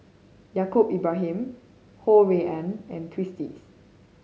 Yaacob Ibrahim Ho Rui An and Twisstii